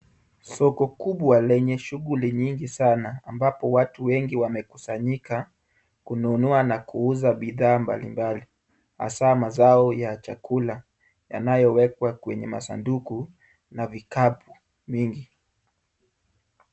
Soko kubwa lenye shughuli nyingi sana ambapo watu wengi wamekusanyika kununua na kuuza bidhaa mbalimbali hasa mazao ya chakula yanayowekwa kwenye masanduku na vikapu mingi.